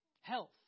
Health